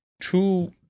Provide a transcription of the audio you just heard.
true